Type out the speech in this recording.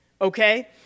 okay